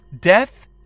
death